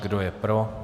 Kdo je pro?